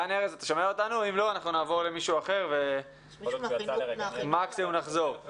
אם לא, נעבור למישהו אחר וננסה לחזור אליו